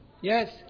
yes